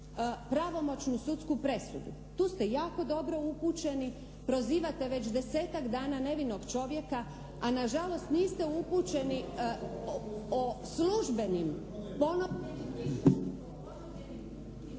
pravomoćnu sudsku presudu. Tu ste jako dobro upućeni, prozivate već desetak dana nevinog čovjeka, a nažalost niste upućeni o službenim ponovljenim…